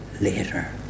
later